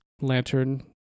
lantern